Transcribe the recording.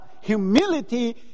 Humility